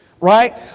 right